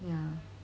ya